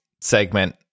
segment